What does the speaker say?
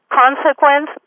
consequence